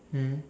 mm